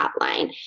hotline